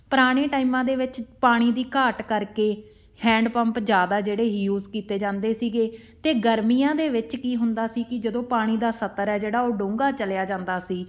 ਪੁਰਾਣੇ ਟਾਈਮਾਂ ਦੇ ਵਿੱਚ ਪਾਣੀ ਦੀ ਘਾਟ ਕਰਕੇ ਹੈਂਡ ਪੰਪ ਜ਼ਿਆਦਾ ਜਿਹੜੇ ਯੂਜ ਕੀਤੇ ਜਾਂਦੇ ਸੀਗੇ ਅਤੇ ਗਰਮੀਆਂ ਦੇ ਵਿੱਚ ਕੀ ਹੁੰਦਾ ਸੀ ਕਿ ਜਦੋਂ ਪਾਣੀ ਦਾ ਸਤਰ ਹੈ ਜਿਹੜਾ ਉਹ ਡੂੰਘਾ ਚਲਿਆ ਜਾਂਦਾ ਸੀ